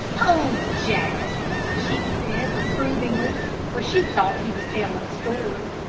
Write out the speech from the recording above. oh, jack, she said, reprovingly for she thought he was telling a story.